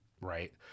right